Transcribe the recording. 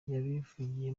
yabivugiye